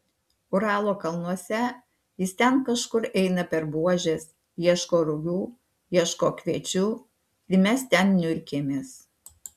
uralo kalnuose jis ten kažkur eina per buožes ieško rugių ieško kviečių ir mes ten niurkėmės